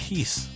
Peace